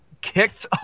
kicked